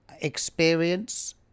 experience